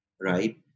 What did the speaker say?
Right